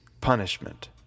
punishment